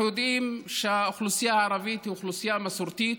אנחנו יודעים שהאוכלוסייה הערבית היא אוכלוסייה מסורתית,